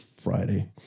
Friday